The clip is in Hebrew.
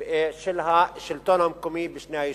של השלטון המקומי בשני היישובים.